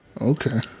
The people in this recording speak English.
okay